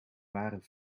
waren